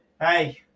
Hey